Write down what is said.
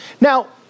Now